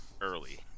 early